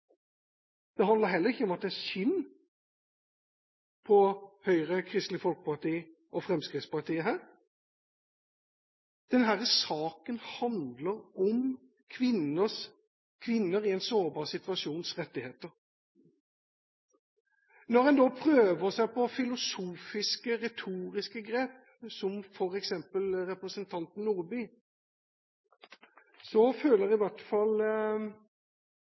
det handler heller ikke om at det er synd på Høyre, Kristelig Folkeparti og Fremskrittspartiet her. Denne saken handler om rettighetene til kvinner i en sårbar situasjon. Når en da prøver seg på filosofiske, retoriske grep, slik f.eks. representanten Nordby Lunde gjorde, så føler i hvert fall